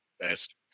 best